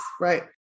right